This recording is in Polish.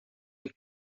ich